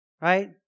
Right